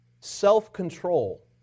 self-control